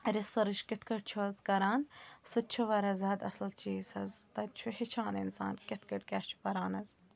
research کِتھ کٲٹھۍ چھِ حظ کَران سُہ تہِ چھُ واریاہ زیادٕ اَصٕل چیٖز حظ تَتہِ چھُ ہیٚچھان اِنسان کِتھ کٲٹھۍ کیاہ چھُ کران حظ